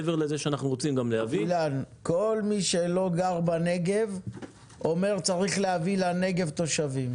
כל מי שלא גר בנגב אומר שצריך להביא לנגב תושבים.